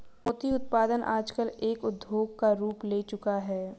मोती उत्पादन आजकल एक उद्योग का रूप ले चूका है